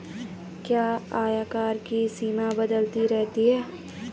क्या आयकर की सीमा बदलती रहती है?